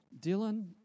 Dylan